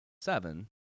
seven